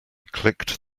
clicked